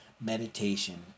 meditation